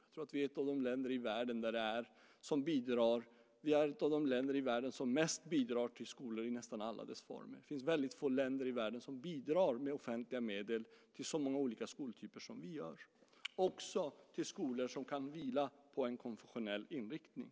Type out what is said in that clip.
Jag tror att Sverige är ett av de länder i världen som mest bidrar till skolor i nästan alla de former. Det är väldigt få länder i världen som med offentliga medel bidrar till så många olika skoltyper som vi i Sverige gör - också till skolor som kan vila på konfessionell inriktning.